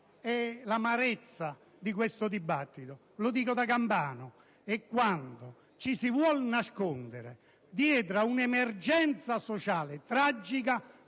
L'amarezza di questo dibattito, lo dico da campano, è quando ci si vuol nascondere dietro ad un'emergenza sociale tragica